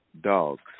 dogs